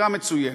עסקה מצוינת.